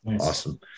Awesome